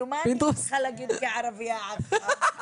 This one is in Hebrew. אז מה אני צריכה להגיד כערבייה עכשיו?